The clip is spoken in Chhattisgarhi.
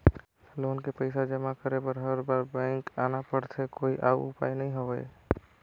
लोन के पईसा जमा करे बर हर बार बैंक आना पड़थे कोई अउ उपाय नइ हवय?